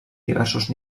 diversos